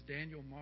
Daniel